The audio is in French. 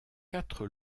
quatre